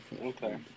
Okay